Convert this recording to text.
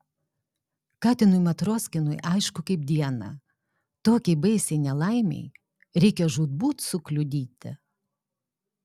katinui matroskinui aišku kaip dieną tokiai baisiai nelaimei reikia žūtbūt sukliudyti